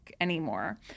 anymore